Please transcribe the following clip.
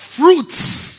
fruits